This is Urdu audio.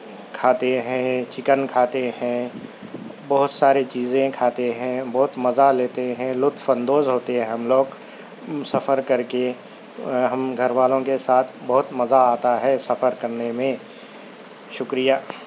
کھاتے ہیں چکن کھاتے ہیں بہت سارے چیزیں کھاتے ہیں بہت مزہ لیتے ہیں لطف اندوز ہوتے ہیں ہم لوگ سفر کر کے ہم گھر والوں کے ساتھ بہت مزہ آتا ہے سفر کرنے میں شکریہ